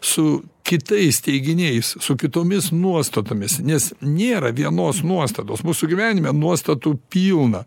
su kitais teiginiais su kitomis nuostatomis nes nėra vienos nuostatos mūsų gyvenime nuostatų pilna